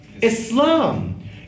Islam